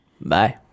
Bye